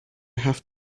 have